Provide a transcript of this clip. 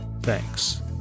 Thanks